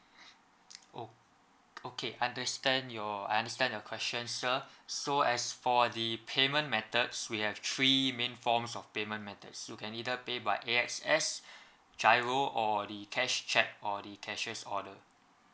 oh okay understand your understand your question sir so as for the payment methods we have three main forms of payment methods you can either pay by A_S_X giro or the cash chat or the cashier order